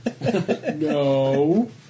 No